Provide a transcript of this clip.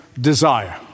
desire